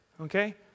okay